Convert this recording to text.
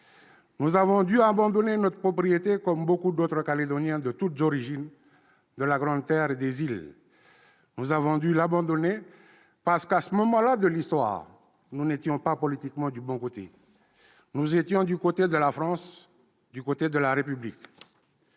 Nous avons dû abandonner notre propriété, comme beaucoup d'autres Calédoniens de toutes origines de la Grande-Terre et des îles. Nous avons dû le faire, parce que, à ce moment-là de l'histoire, nous n'étions pas, politiquement, du bon côté ; nous étions du côté de la France, de la République.